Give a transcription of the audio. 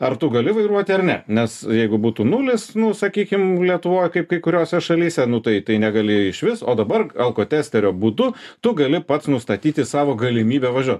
ar tu gali vairuoti ar ne nes jeigu būtų nulis nu sakykim lietuvoj kaip kai kuriose šalyse nu tai tai negali išvis o dabar alkotesterio būdu tu gali pats nustatyti savo galimybę važiuot